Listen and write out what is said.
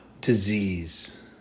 Disease